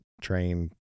train